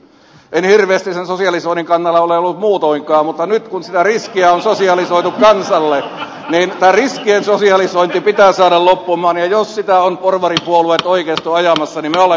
en hirveästi sen sosialisoinnin kannalla ole ollut muutoinkaan mutta nyt kun sitä riskiä on sosialisoitu kansalle niin tämä riskien sosialisointi pitää saada loppumaan ja jos sitä ovat porvaripuolueet oikeisto ajamassa niin me olemme mukana